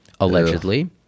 allegedly